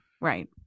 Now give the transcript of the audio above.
Right